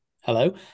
Hello